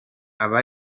aba